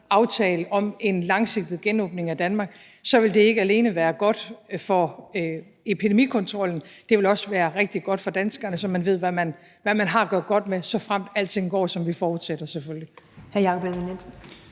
aftale om en langsigtet genåbning af Danmark, vil det ikke alene være godt for epidemikontrollen, men det vil også være rigtig godt for danskerne, så man ved, hvad man har at gøre godt med – såfremt alting går, som vi forudsætter, selvfølgelig.